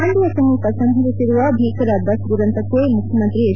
ಮಂಡ್ಯ ಸಮೀಪ ಸಂಭವಿಸಿರುವ ಬೀಕರ ಬಸ್ ದುರಂತಕ್ಕೆ ಮುಖ್ಯಮಂತ್ರಿ ಎಚ್